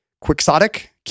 quixotic